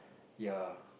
ya